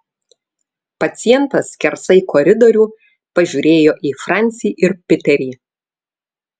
pacientas skersai koridorių pažiūrėjo į francį ir piterį